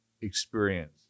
experience